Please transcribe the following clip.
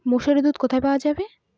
মোষের দুধ কোথায় পাওয়া যাবে?